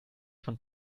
von